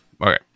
Okay